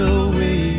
away